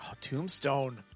tombstone